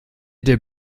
der